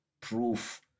proof